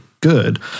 good